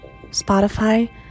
Spotify